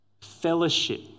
fellowship